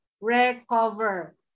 recover